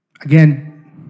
Again